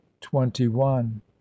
twenty-one